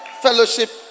fellowship